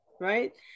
right